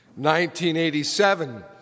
1987